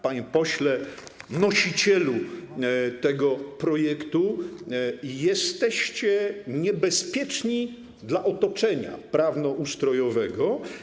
Panie pośle, nosicielu tego projektu, jesteście niebezpieczni dla otoczenia prawnoustrojowego.